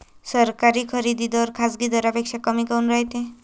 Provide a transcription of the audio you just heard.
सरकारी खरेदी दर खाजगी दरापेक्षा कमी काऊन रायते?